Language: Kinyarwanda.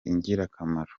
ingirakamaro